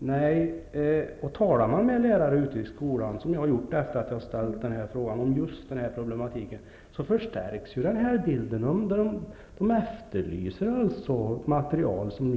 Om man talar med lärarna ute i skolorna, som jag har gjort efter att ha ställt den här frågan, förstärks den här bilden. De efterlyser alltså material som